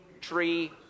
tree